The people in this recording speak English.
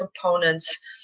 components